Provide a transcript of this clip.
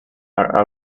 are